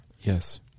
Yes